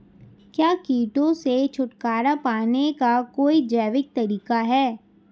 क्या कीटों से छुटकारा पाने का कोई जैविक तरीका है?